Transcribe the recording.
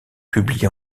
publiée